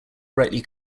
brightly